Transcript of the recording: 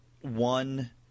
one